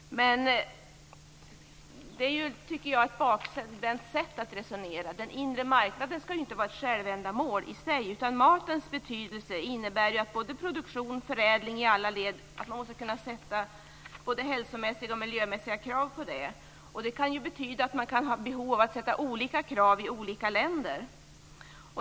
Men det tycker jag är ett bakvänt sätt att resonera. Den inre marknaden skall ju inte vara ett självändamål. Matens betydelse innebär ju att man måste kunna ställa både hälsomässiga och miljömässiga krav på produktion och förädling i alla led. Det kan betyda att man kan ha behov av att ställa olika krav i olika länder.